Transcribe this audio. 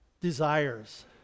Desires